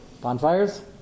bonfires